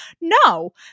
No